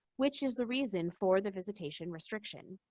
which is the reason for the visitation restriction.